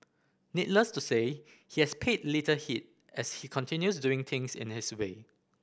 needless to say he has paid little heed as he continues doing things in his way